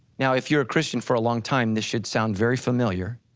now if you're a christian for a long time this should sound very familiar,